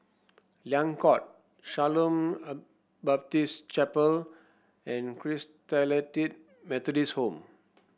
Liang Court Shalom Baptist Chapel and Christalite Methodist Home